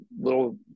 little